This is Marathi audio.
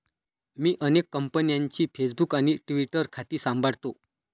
मी अनेक कंपन्यांची फेसबुक आणि ट्विटर खाती सांभाळतो